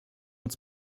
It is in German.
uns